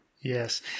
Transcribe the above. Yes